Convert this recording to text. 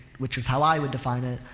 which was how i would define it,